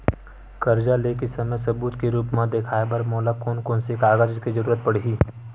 कर्जा ले के समय सबूत के रूप मा देखाय बर मोला कोन कोन से कागज के जरुरत पड़ही?